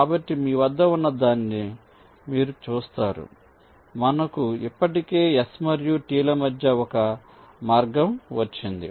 కాబట్టి మీ వద్ద ఉన్నదాన్ని మీరు చూస్తారు మనకు ఇప్పటికే S మరియు T ల మధ్య ఒక మార్గం వచ్చింది